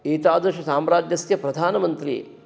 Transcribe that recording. एतादृशसाम्राज्यस्य प्रधानमन्त्री